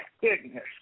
Goodness